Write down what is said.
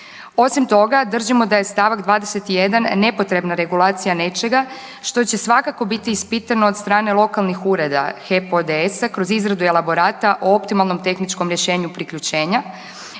Osim toga, držimo da je st. 21 nepotrebna regulacija nečega što će svakako biti ispitano od strane lokalnih ureda HEP-ODS-a kroz izradu elaborata o optimalnom tehničkom rješenju priključenja